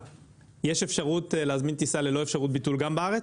יש אפשרות להזמין טיסה ללא אפשרות ביטול גם בארץ?